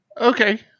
okay